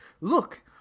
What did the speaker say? look